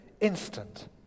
instant